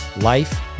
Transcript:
life